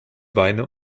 beine